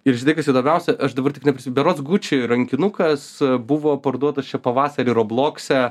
ir žinai kas įdomiausia aš dabar tik neprisimenu berods guči rankinukas buvo parduotas čia pavasarį roblokse